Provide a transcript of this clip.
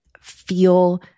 feel